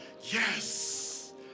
Yes